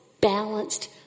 balanced